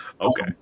okay